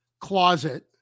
closet